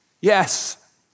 Yes